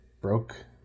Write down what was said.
broke